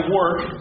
work